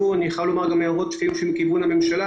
אני חייב לומר שהיו גם הערות מכיוון הממשלה,